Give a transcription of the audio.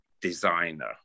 designer